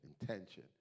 intention